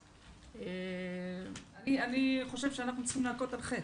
אני חושב שאנחנו צריכים להכות על חטא.